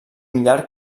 llarg